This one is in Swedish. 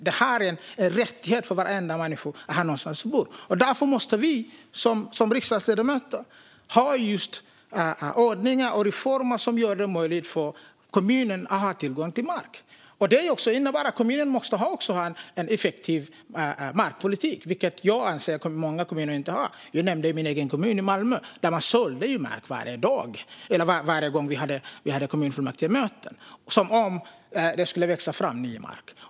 Det är en rättighet för varenda människa att ha någonstans att bo, och därför måste vi riksdagsledamöter ha ordningar och reformer som gör det möjligt för kommunerna att ha tillgång till mark. Detta innebär att kommunerna också måste ha en effektiv markpolitik, vilket jag anser att många kommuner inte har. Jag nämnde min egen kommun Malmö, där man sålde mark varje gång vi hade kommunfullmäktigemöte, som om det skulle växa fram ny mark.